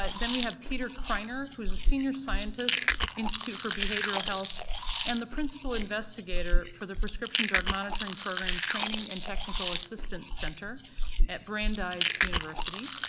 then we have peter kreiner, who's a senior scientist, institute for behavioral health and the principal investigator for the prescription drug monitoring program training and technical assistance center at brandeis university.